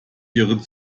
ihre